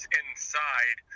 inside